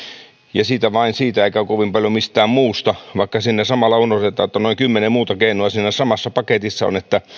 ja vain siitä eikä kovin paljon mistään muusta vaikka siinä samalla unohdetaan että noin kymmenen muuta keinoa on siinä samassa paketissa